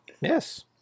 Yes